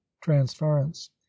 transference